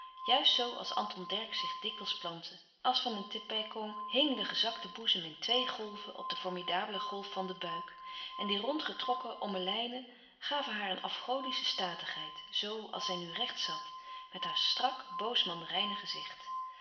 juist zoo als anton dercksz zich dikwijls plantte als van een tepèkong hing de gezakte boezem in twee golven op de formidabele golf louis couperus van oude menschen de dingen die voorbij gaan van den buik en die rond getrokken ommelijnen gaven haar een afgodische statigheid zoo als zij nu recht zat met haar strak boos mandarijnengezicht aan